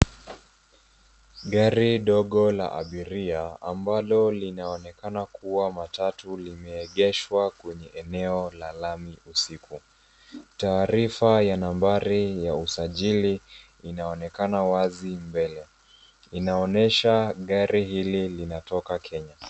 Gari dogo la abiria ambalo linaonekana kua matatu limeegeshwa kwenye eneo la lami usiku. Taarifa ya nambari ya usajili inaonekana wazi mbele. Inaonyesha gari hili linatoka kenya.